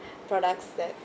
products that